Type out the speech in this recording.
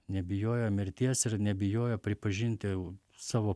nebijojo mirties ir nebijojo pripažinti savo